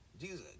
Jesus